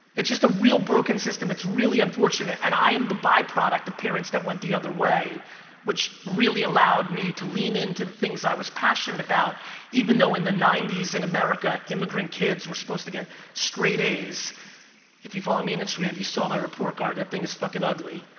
it's just a real broken system. it's really unfortunate and i am the byproduct the parents that went the other way which really allowed me to lean in to the things i was passionate about even though in the ninety s and america immigrant kids were supposed to get straight a's if you follow me on instagram, you saw my report card. that thing is fucking ugly